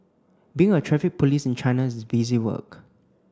being a Traffic Police in China is busy work